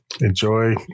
enjoy